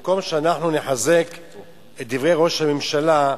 במקום שאנחנו נחזק את דברי ראש הממשלה,